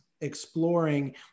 exploring